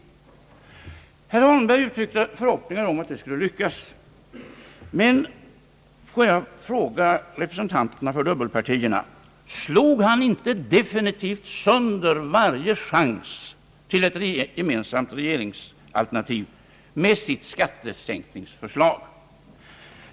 Herr Holmberg uttryckte förhoppningar om att det skulle lyckas, men får jag fråga representanterna för dubbelpartierna: Slog inte herr Holmberg definitivt sönder varje chans till ett gemensamt regeringsalternativ med sitt skattesänkningsförslag?